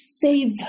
save